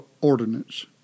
ordinance